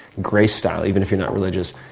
grace style, even if you're not religious,